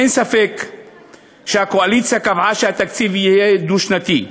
אין ספק שהקואליציה קבעה שהתקציב יהיה דו-שנתי,